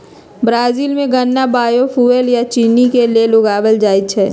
Brazil में गन्ना biofuel आ चिन्नी के लेल उगाएल जाई छई